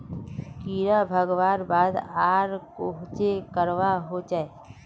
कीड़ा भगवार बाद आर कोहचे करवा होचए?